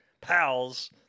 pals